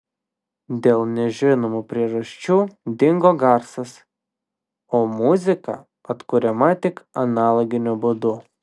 dėl nežinomų priežasčių dingo garsas o muzika atkuriama tik analoginiu būdu